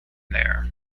there